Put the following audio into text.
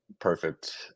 perfect